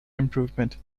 improvement